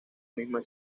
misma